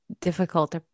difficult